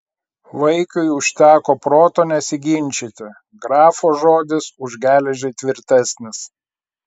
vaikiui užteko proto nesiginčyti grafo žodis už geležį tvirtesnis